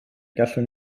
gallwn